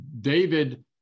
David